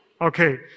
Okay